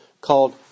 called